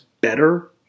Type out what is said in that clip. better